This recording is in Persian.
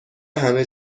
همه